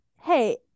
hey